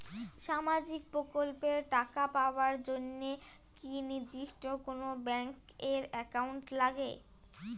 সামাজিক প্রকল্পের টাকা পাবার জন্যে কি নির্দিষ্ট কোনো ব্যাংক এর একাউন্ট লাগে?